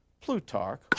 Plutarch